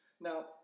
now